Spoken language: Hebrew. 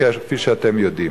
כפי שאתם יודעים.